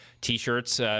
T-shirts